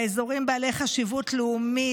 באזורים בעלי חשיבות לאומית,